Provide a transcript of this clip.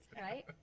Right